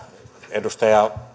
edustaja